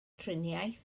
triniaeth